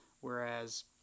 whereas